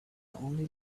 only